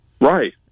Right